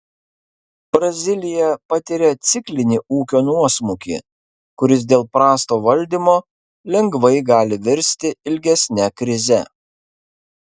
brazilija patiria ciklinį ūkio nuosmukį kuris dėl prasto valdymo lengvai gali virsti ilgesne krize